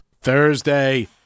Thursday